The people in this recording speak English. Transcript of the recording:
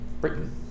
Britain